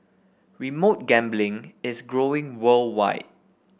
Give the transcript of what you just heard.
remote gambling is growing worldwide